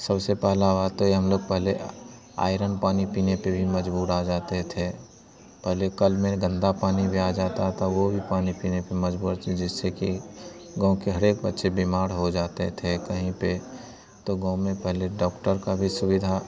सबसे पहली बात तो यह हम लोग पहले आयरन पानी पीने पेर भी मजबूर आ जाते थे पहले कल में गंदा पानी भी आ जाता था वह भी पानी पीने पर मजबूर जिससे कि गाँव का हर एक बच्चा बीमार हो जाता था कहीं पर तो गाँव में पहले डॉक्टर की भी सुविधा